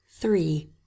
three